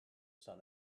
sun